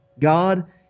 God